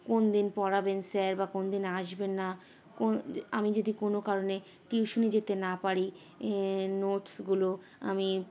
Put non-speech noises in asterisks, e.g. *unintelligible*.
কোন দিন পড়াবেন স্যার বা কোন দিন আসবেন না *unintelligible* আমি যদি কোনো কারণে টিউশানে যেতে না পারি নোটসগুলো আমি